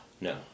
no